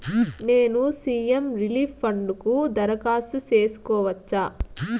నేను CM relief fund కు దరఖాస్తు సేసుకోవచ్చా?